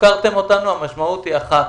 הפקרתם אותנו, המשמעות היא אחת